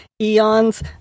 eons